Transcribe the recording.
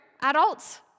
adults